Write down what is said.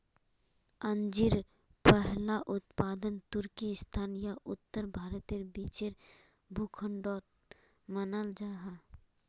अंजीर पहला उत्पादन तुर्किस्तान या उत्तर भारतेर बीचेर भूखंडोक मानाल जाहा